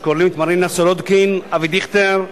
שכוללת את מרינה סולודקין, אבי דיכטר,